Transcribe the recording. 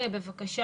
בבקשה,